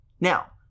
Now